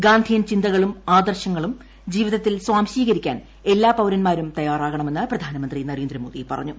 ഗ്ലാന്ധിയൻ ചിന്തകളും ആദർശങ്ങളും ജീവിതത്തിൽ സ്വാംശീകരിക്കാൻ ക്ക്ലാ പൌരന്മാരും തയ്യാറാകണമെന്ന് പ്രധാനമന്ത്രി നരേന്ദ്രമോദി പ്പുറഞ്ഞു